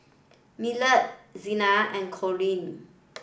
Millard Zina and Corine